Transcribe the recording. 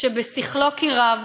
שבשכלו כי רב,